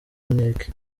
nkeke